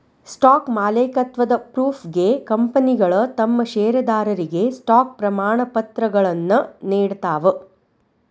stock ಮಾಲೇಕತ್ವದ ಪ್ರೂಫ್ಗೆ ಕಂಪನಿಗಳ ತಮ್ ಷೇರದಾರರಿಗೆ ಸ್ಟಾಕ್ ಪ್ರಮಾಣಪತ್ರಗಳನ್ನ ನೇಡ್ತಾವ